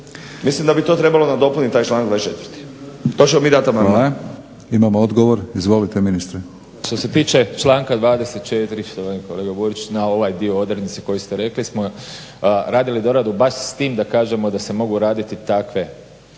Mislim da bi to trebalo nadopuniti taj članak 24. To ćemo mi dati amandman.